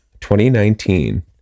2019